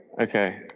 Okay